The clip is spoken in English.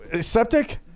Septic